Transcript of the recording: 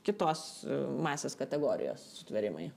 kitos masės kategorijos sutvėrimai